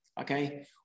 Okay